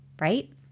right